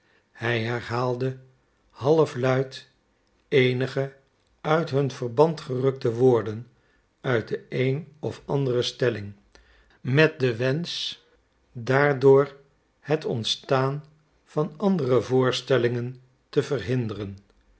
hij herhaalde halfluid eenige uit hun verband gerukte woorden uit de een of andere stelling met den wensch daardoor het ontstaan van andere voorstellingen te verhinderen